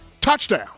touchdown